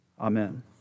Amen